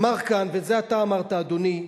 אמר כאן, ואת זה אתה אמרת, אדוני,